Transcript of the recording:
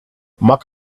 mark